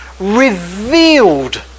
Revealed